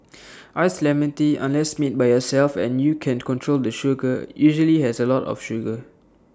Iced Lemon Tea unless made by yourself and you can control the sugar usually has A lot of sugar